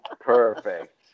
Perfect